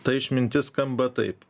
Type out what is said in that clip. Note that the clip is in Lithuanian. ta išmintis skamba taip